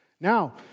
Now